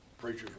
preachers